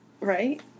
Right